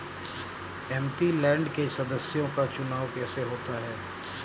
MP land के सदस्यों का चुनाव कैसे होता है?